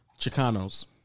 Chicanos